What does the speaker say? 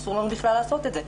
אסור לנו לעשות את זה.